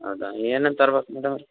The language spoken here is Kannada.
ಹೌದಾ ಏನೇನು ತರ್ಬೇಕು ಮೇಡಮವ್ರೆ